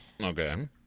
Okay